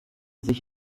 sich